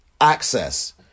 access